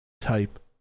type